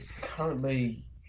currently